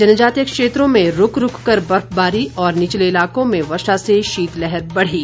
जनजातीय क्षेत्रों में रुक रुक कर बर्फबारी और निचले इलाकों में वर्षा से शीतलहर बढ़ी